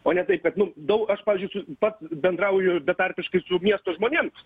o ne taip kad nu dau aš pavyzdžiui su pats bendrauju betarpiškai su miesto žmonėms